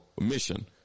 mission